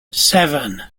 seven